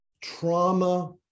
trauma